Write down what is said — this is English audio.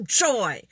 joy